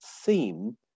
theme